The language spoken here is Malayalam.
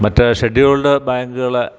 മറ്റ് ഷെഡ്യൂൾഡ് ബാങ്കുകള്